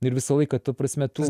ir visą laiką ta prasme tu